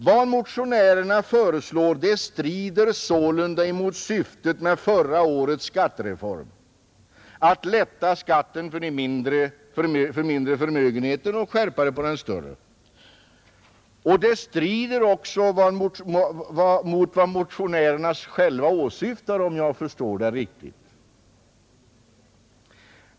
Vad motionärerna föreslår strider sålunda mot syftet med förra årets skattereform, nämligen att lätta skatten på de mindre förmögenheterna och skärpa den på de större. Det strider också mot vad motionärerna själva åsyftar, om jag har förstått det riktigt.